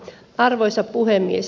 arvoisa puhemies